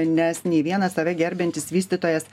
nes nei vienas save gerbiantis vystytojas